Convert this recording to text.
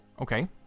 Okay